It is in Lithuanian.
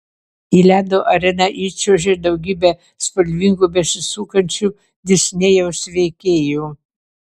į ledo areną įčiuožė daugybė spalvingų besisukančių disnėjaus veikėjų